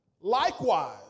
likewise